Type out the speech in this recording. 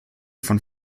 von